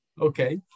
okay